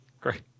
Great